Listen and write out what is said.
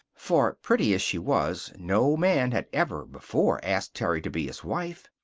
for, pretty as she was, no man had ever before asked terry to be his wife.